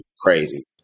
crazy